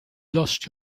lost